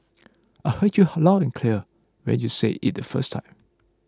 I heard you loud and clear when you said it the first time